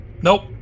Nope